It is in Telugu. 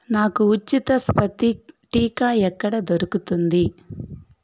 నాకు ఉచిత స్పతిక్ టీకా ఎక్కడ దొరుకుతుంది